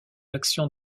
l’action